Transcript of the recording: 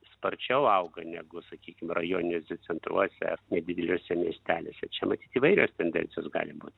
sparčiau auga negu sakykim rajoniniuose centruose ar nedideliuose miesteliuose čia matyt įvairios tendencijos gali būt